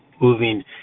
moving